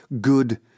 good